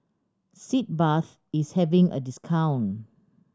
Sitz Bath is having a discount